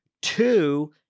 Two